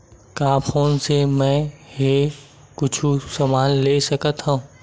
का फोन से मै हे कुछु समान ले सकत हाव का?